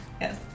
Yes